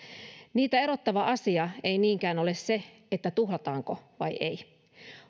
niitä erottava asia ei niinkään ole se tuhlataanko vai ei